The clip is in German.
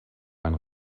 einen